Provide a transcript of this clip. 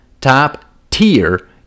top-tier